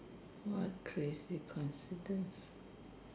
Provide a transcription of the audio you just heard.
what crazy coincidence